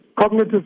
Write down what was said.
cognitive